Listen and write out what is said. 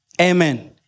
Amen